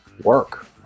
work